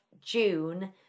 June